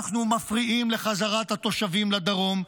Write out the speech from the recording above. אנחנו מפריעים לחזרת התושבים לדרום.